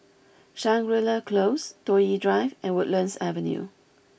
Shangri La Close Toh Yi Drive and Woodlands Avenue